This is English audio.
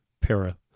para